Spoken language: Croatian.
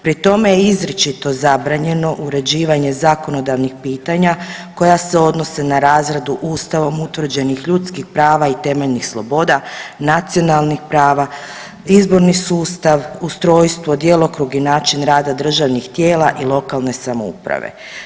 Pri tome je izričito zabranjeno uređivanje zakonodavnih pitanja koja se odnose na razradu Ustavom utvrđenih ljudskih prava i temeljnih sloboda, nacionalnih prava, izborni sustav, ustrojstvo, djelokrug i način rada državnih tijela i lokalne samouprave.